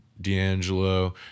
D'Angelo